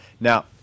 Now